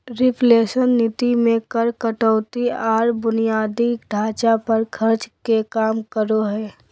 reflation नीति मे कर कटौती आर बुनियादी ढांचा पर खर्च के काम करो हय